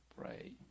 Pray